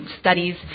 studies